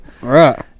Right